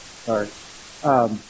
Sorry